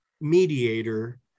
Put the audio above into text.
mediator